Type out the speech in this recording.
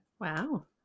Wow